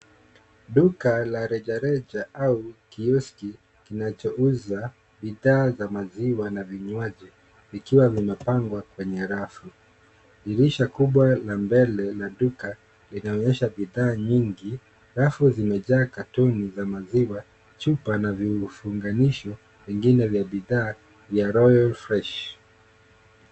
Duka la rejareja au kioski kinachouza bidhaa za maziwa na vinywaji, zikiwa zimepangwa kwenye rafu. Dirisha kubwa, la mbele, la duka, linaonyesha bidhaa nyingi. Rafu zimejaa katoni za maziwa, chupa na vifunganisho vingine vya bidhaa vya Royal Fresh .